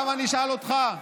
עכשיו אני אשאל אותך: